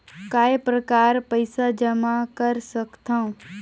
काय प्रकार पईसा जमा कर सकथव?